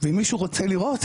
ואם מישהו רוצה לראות,